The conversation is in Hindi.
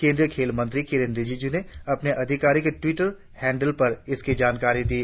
केंद्रीय खेल मंत्री किरेन रिजिजू ने अपने आधिकारिक टिवटर हैंडल पर इस की घोषणा की